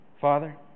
Father